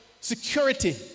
security